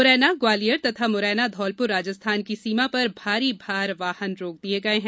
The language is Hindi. मुरैना ग्वालियर तथा मुरैना धौलपुर राजस्थान की सीमा पर भारी भार वाहन रोक दिये गये हैं